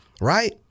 right